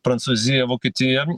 prancūziją vokietiją